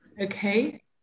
Okay